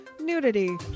nudity